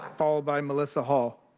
followed by melissa hall.